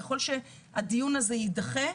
ככל שהדיון הזה יידחה,